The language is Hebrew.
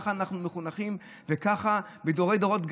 ככה אנחנו מחונכים וככה אנחנו מדורי-דורות.